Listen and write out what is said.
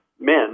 men